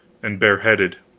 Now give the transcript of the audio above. and bareheaded.